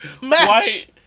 match